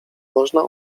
można